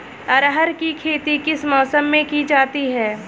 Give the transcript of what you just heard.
अरहर की खेती किस मौसम में की जाती है?